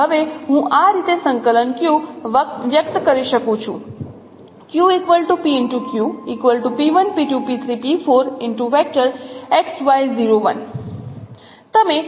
તેથી હવે હું આ રીતે સંકલન q વ્યક્ત કરી શકું છું